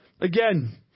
Again